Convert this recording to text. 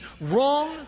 wrong